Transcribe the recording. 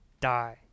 die